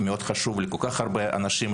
שחשוב מאוד לכל כך הרבה אנשים,